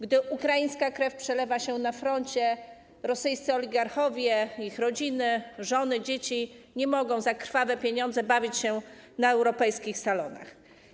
Gdy ukraińska krew przelewa się na froncie, rosyjscy oligarchowie, ich rodziny, żony, dzieci nie mogą za krwawe pieniądze bawić się na europejskich salonach.